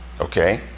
Okay